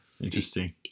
Interesting